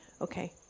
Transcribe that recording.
okay